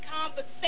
conversation